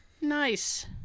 Nice